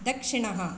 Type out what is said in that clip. दक्षिणः